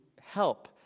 help